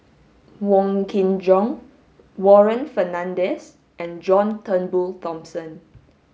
Wong Kin Jong Warren Fernandez and John Turnbull Thomson